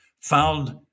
found